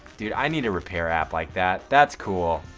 dude, i need a repair app like that, that's cool.